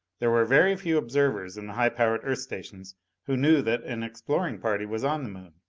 there were very few observers in the high-powered earth stations who knew that an exploring party was on the moon.